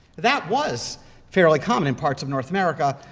that was fairly common in parts of north america,